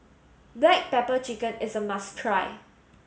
black pepper chicken is a must try